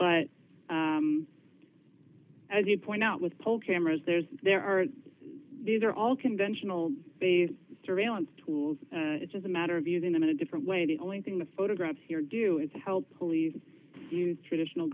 but as you point out with poll cameras there's there are these are all conventional surveillance tools it's just a matter of using them in a different way the only thing the photographs here do is help police use traditional